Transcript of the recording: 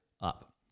up